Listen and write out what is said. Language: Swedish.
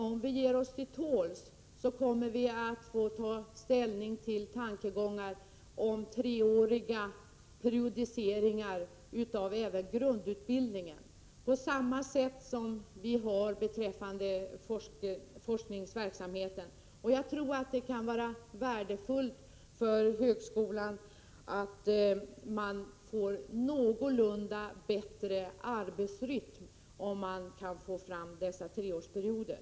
Om vi ger oss till tåls kommer vi att få ta ställning till framförda tankegångar om treårig periodisering även av grundutbildningen, dvs. samma ordning som vi har beträffande forskningsverksamheten. Jag tror att det är värdefullt för högskolan, och att den får en något bättre arbetsrytm med dessa treårsperioder.